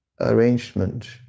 arrangement